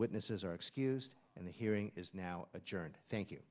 witnesses are excused and the hearing is now adjourned thank you